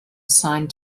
assigned